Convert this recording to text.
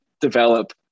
develop